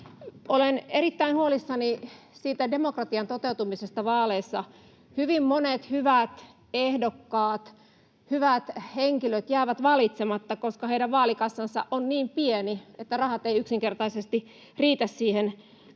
Olen erittäin huolissani demokratian toteutumisesta vaaleissa. Hyvin monet hyvät ehdokkaat, hyvät henkilöt jäävät valitsematta, koska heidän vaalikassansa on niin pieni, että rahat eivät yksinkertaisesti riitä niihin vaalien